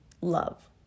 love